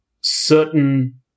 certain